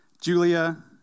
Julia